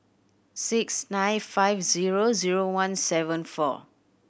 six nine five zero zero one seven four